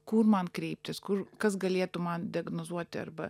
kur man kreiptis kur kas galėtų man diagnozuoti arba